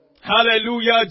Hallelujah